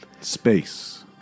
Space